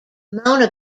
mona